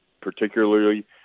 particularly